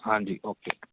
ਹਾਂਜੀ ਓਕੇ